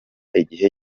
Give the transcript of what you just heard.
igihe